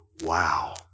wow